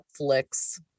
Netflix